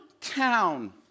town